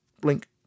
blink